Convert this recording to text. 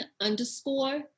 underscore